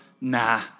nah